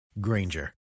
Granger